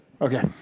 Okay